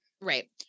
Right